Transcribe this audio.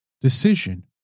decision